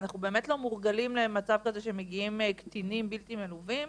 אנחנו באמת לא מורגלים למצב כזה שמגיעים קטינים בלתי מלווים.